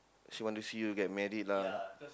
she want to see you get married lah